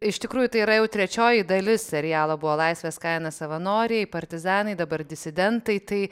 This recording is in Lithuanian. iš tikrųjų tai yra jau trečioji dalis serialo buvo laisvės kaina savanoriai partizanai dabar disidentai tai